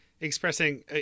expressing